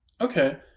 Okay